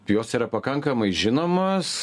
jos yra pakankamai žinomos